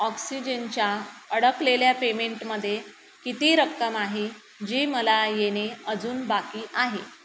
ऑक्सिजेनच्या अडकलेल्या पेमेंटमध्ये किती रक्कम आहे जी मला येणे अजून बाकी आहे